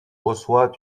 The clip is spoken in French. reçoit